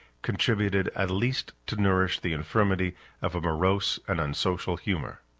contributed, at least, to nourish the infirmity of a morose and unsocial humor.